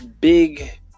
big